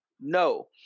no